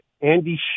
Andy